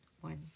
one